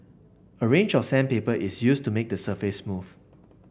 a range of sandpaper is used to make the surface smooth